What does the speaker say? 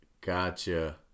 Gotcha